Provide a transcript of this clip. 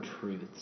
truths